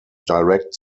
direct